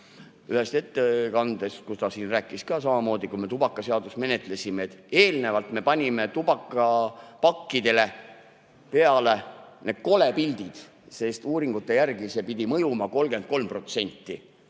ettekandest, kus ta rääkis samamoodi, kui me tubakaseadust menetlesime, et eelnevalt me panime tubakapakkidele peale need kolepildid, sest uuringute järgi pidi see mõjuma 33%.